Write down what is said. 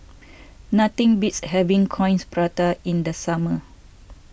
nothing beats having Coins Prata in the summer